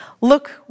Look